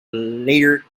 later